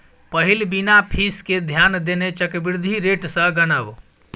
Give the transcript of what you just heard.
पहिल बिना फीस केँ ध्यान देने चक्रबृद्धि रेट सँ गनब